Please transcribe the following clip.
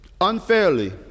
unfairly